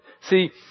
See